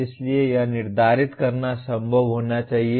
इसलिए यह निर्धारित करना संभव होना चाहिए